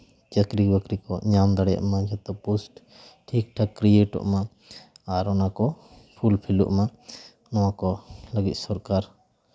ᱪᱟᱹᱠᱨᱤ ᱵᱟᱹᱠᱨᱤ ᱠᱚ ᱧᱟᱢ ᱫᱟᱲᱮᱭᱟᱜ ᱢᱟ ᱡᱷᱚᱛᱚ ᱯᱳᱥᱴ ᱴᱷᱤᱠ ᱴᱷᱟᱠ ᱠᱨᱤᱭᱮᱴᱚᱜ ᱢᱟ ᱟᱨ ᱚᱱᱟ ᱠᱚ ᱯᱷᱩᱞ ᱯᱷᱤᱞᱚᱜ ᱢᱟ ᱱᱚᱣᱟ ᱠᱚ ᱞᱟᱹᱜᱤᱫ ᱥᱚᱨᱠᱟᱨ